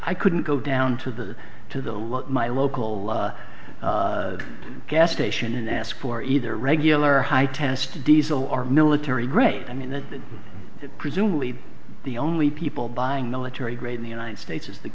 i couldn't go down to the to the lot my local gas station and ask for either regular high test diesel or military rate i mean that it presumably the only people buying military grade in the united states is th